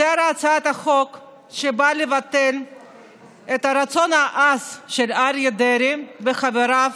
זו הצעת חוק שבאה לבטל את הרצון העז של אריה דרעי וחבריו